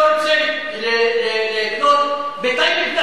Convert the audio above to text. לא רוצה לקנות בטייבה,